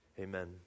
Amen